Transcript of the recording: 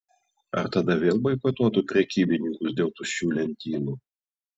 ar tada vėl boikotuotų prekybininkus dėl tuščių lentynų